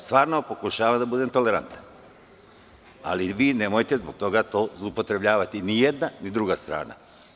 Stvarno pokušavam da budem tolerantan, ali vi to nemojte zloupotrebljavati, ni jedna ni druga strana.